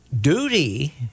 duty